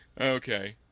Okay